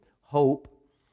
hope